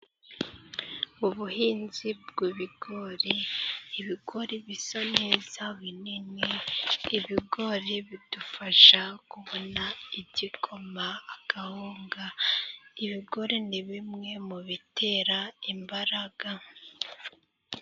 Ubuhinzi bw'ibigori. Ibigori bisa neza binini ,ibigori bidufasha kubona igikoma, agahunga ibigori ni bimwe mu bitera imbaraga.